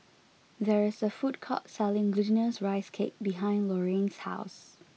there is a food court selling Glutinous Rice Cake behind Lorayne's house